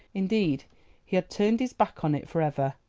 indeed he had turned his back on it for ever,